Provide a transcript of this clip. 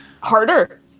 harder